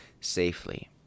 safely